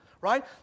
right